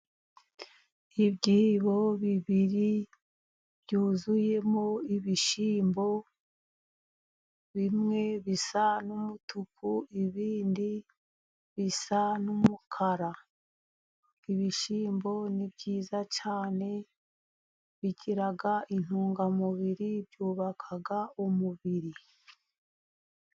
Ibyibo bibiri byuzuyemo ibishyimbo, bimwe bisa n'umutuku, ibindi bisa n'umukara, ibishyimbo ni byiza cyane, bigira intungamubiri byubaka umubiri.